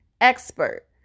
expert